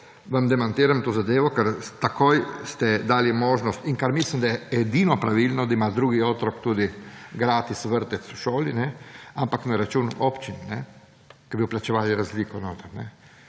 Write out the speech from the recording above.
vam demantiram to zadevo, ker takoj ste dali možnost, in kar mislim, da je edino pravilno, da ima drugi otrok tudi gratis vrtec v šoli, ampak na račun občin, ki bodo plačevale razliko notri.